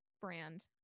brand